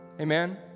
Amen